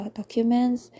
documents